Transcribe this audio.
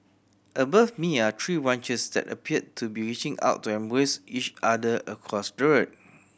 above me are tree branches that appear to be reaching out to embrace each other across the road